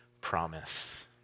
promise